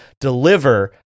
deliver